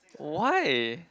why